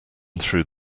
through